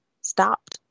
stopped